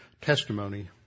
testimony